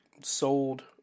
sold